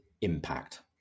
impact